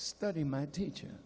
study my teacher